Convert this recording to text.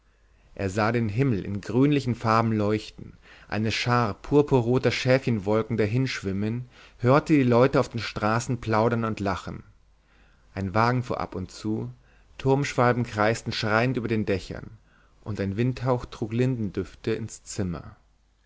er sah den himmel in grünlichen farben leuchten eine schar purpurroter schäfchenwolken dahin schwimmen hörte die leute auf den straßen plaudern und lachen ein wagen fuhr ab und zu turmschwalben kreisten schreiend über den dächern und ein windhauch trug lindendüfte ins zimmer